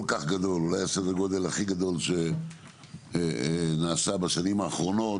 כך גדול אולי הסדר גודל הכי גדול שנעשה בשנים האחרונות,